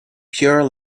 pure